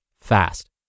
fast